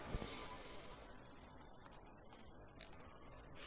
LINSYS1 DESKTOPPublicggvlcsnap 2016 02 29 10h06m44s111